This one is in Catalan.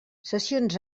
sessions